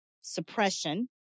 suppression